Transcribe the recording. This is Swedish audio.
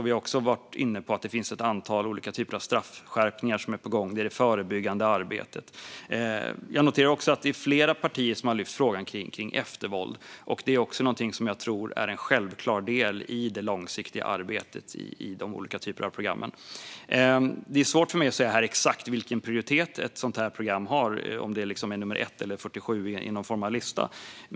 Vi har också varit inne på att ett antal olika straffskärpningar är på gång. Det handlar om det förebyggande arbetet. Jag noterar också att flera partier har lyft frågan om eftervåld, och det tror jag också är en självklar del i det långsiktiga arbetet inom de olika programmen. Det är svårt för mig att här säga exakt vilken prioritet ett sådant program har - om det är nummer 1 eller 47 på någon form av lista.